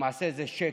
למעשה זה שקר.